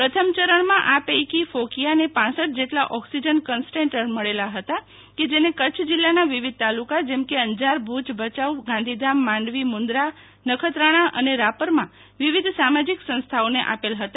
પ્રથમ ચરણમાં આ પૈકી ફોકીઆને કપ જેટલા ઓક્સિજન કનસન્ટ્રેટર મળેલા ફતા કે જેને કચ્છ જિલ્લાના વિવિધ તાલુકા જેમ કે અંજાર ભુજ ભચાઉ ગાંધીધામ માંડવી મુન્દ્રા નખત્રાણા અને રાપર માં વિવિધ સામાજિક સંસ્થાઓને આપેલ ફતા